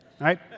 right